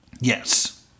Yes